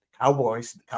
Cowboys